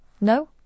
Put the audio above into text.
No